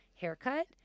haircut